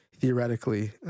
theoretically